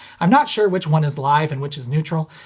i'm not sure which one is live and which is neutral,